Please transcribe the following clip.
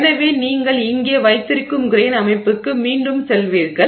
எனவே நீங்கள் இங்கே வைத்திருக்கும் கிரெய்ன் அமைப்புக்கு மீண்டும் செல்வீர்கள்